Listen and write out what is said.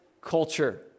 culture